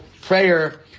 prayer